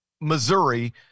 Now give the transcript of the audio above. Missouri